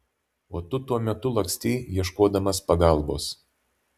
o tu tuo metu lakstei ieškodamas pagalbos